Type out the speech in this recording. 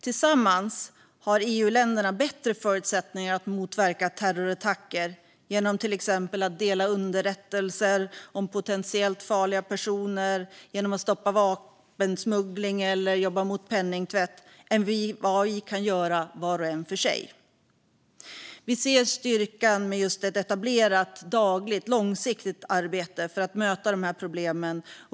Tillsammans har EU:s medlemsstater bättre förutsättningar att motverka terrorattacker genom att till exempel dela underrättelser om potentiellt farliga personer, stoppa vapensmuggling och jobba mot penningtvätt än staterna har var och en för sig. Vi ser styrkan i ett etablerat och långsiktigt dagligt arbete för att möta dessa problem.